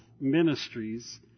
ministries